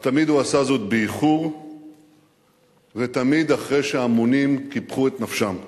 רק תמיד הוא עשה זאת באיחור ותמיד אחרי שהמונים קיפחו את נפשם.